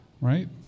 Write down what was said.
right